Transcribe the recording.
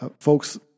folks